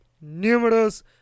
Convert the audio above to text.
numerous